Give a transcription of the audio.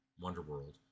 Wonderworld